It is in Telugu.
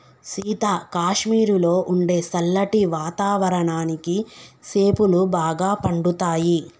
సీత కాశ్మీరులో ఉండే సల్లటి వాతావరణానికి సేపులు బాగా పండుతాయి